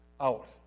out